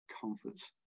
comforts